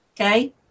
okay